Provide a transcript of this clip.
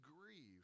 grieve